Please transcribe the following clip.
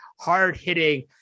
hard-hitting